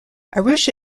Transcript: arusha